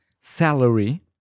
salary